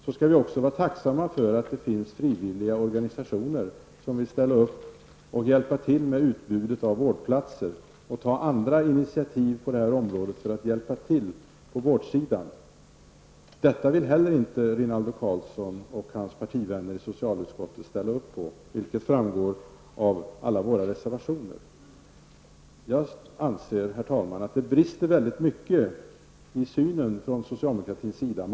Vi skall dessutom vara tacksamma för att det finns frivilliga organisationer som vill ställa upp och hjälpa till med utbudet av vårdplatser och ta andra initiativ på detta område för att hjälpa till med vården. Detta vill inte heller Rinaldo Karlsson och hans partivänner ställa sig bakom, vilket framgår av alla våra reservationer. Herr talman, jag anser att det finns många brister i socialdemokraternas syn på narkotiskaproblemet.